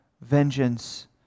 vengeance